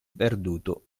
perduto